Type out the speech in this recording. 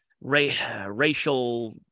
racial –